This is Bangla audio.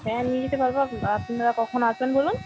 হ্যাঁ নিয়ে যেতে পারব আপ আপনারা কখন আসবেন বলুন